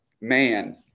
man